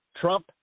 Trump